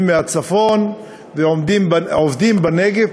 הם מהצפון ועובדים בנגב,